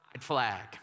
flag